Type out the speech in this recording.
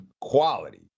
quality